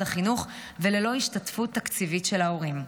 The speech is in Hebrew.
החינוך וללא השתתפות תקציבית של ההורים.